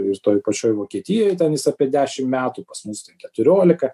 ir toj pačioj vokietijoj ten jis apie dešim metų pas mus tai keturiolika